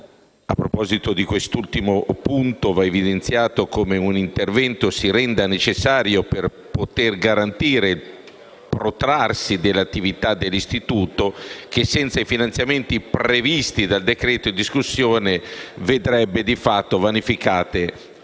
A proposito di quest'ultimo, va evidenziato come un intervento si renda necessario per poter garantire il protrarsi dell'attività dell'istituto che, senza i finanziamenti previsti dal decreto in discussione, vedrebbe di fatto vanificate